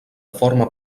forma